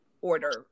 order